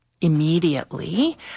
immediately